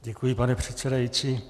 Děkuji, pane předsedající.